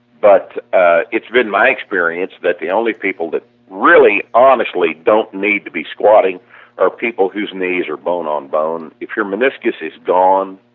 but ah it's been my experience that the only people that really honestly don't need to be squatting are people whose knees are bone-on-bone, if your meniscus is gone,